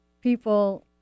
people